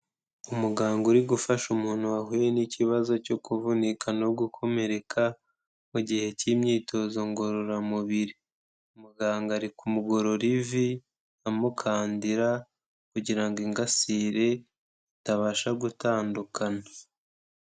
Umuganga uri gufasha umuntu wahuye n'ikibazo cyo kuvunika no gukomereka mu gihe cy'imyitozo ngororamubiri, muganga ari kumugorora ivi amukandira kugira ngo ingasire itabasha gutandukana.